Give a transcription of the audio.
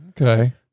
Okay